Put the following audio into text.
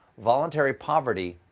voluntary poverty,